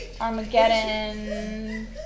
Armageddon